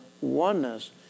oneness